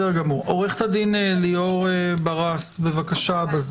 עו"ד ליאור ברס, בבקשה.